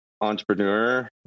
entrepreneur